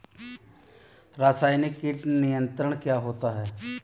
रसायनिक कीट नियंत्रण क्या होता है?